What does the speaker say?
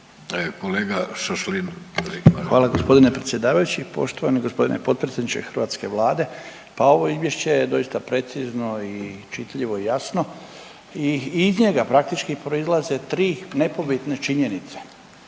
Stipan (HDZ)** Hvala g. predsjedavajući. Poštovani g. potpredsjedniče hrvatske Vlade, pa ovo izvješće je doista precizno i čitljivo i jasno i iz njega praktički proizlaze tri nepobitne činjenice,